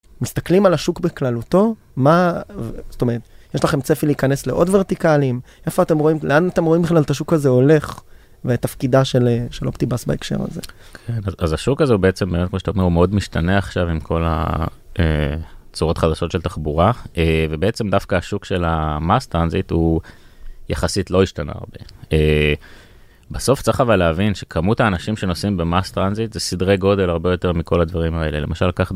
מסתכלים על השוק בכללותו, מה, זאת אומרת, יש לכם צפי להיכנס לעוד ורטיקלים, איפה אתם רואים, לאן אתם רואים בכלל את השוק הזה הולך, ואת תפקידה של אופטיבאס בהקשר הזה? כן, אז השוק הזה הוא בעצם, באמת כמו שאתה אומר, הוא מאוד משתנה עכשיו עם כל הצורות חדשות של תחבורה, ובעצם דווקא השוק של המאסט-טרנזיט הוא יחסית לא השתנה הרבה. בסוף צריך אבל להבין שכמות האנשים שנוסעים במאסט-טרנזיט זה סדרי גודל הרבה יותר מכל הדברים האלה, למשל, לקחת